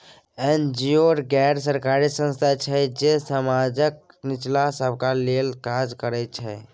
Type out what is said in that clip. NGO गैर सरकारी संस्था छै जे समाजक निचला तबका लेल काज करय छै